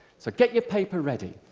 so get your paper ready.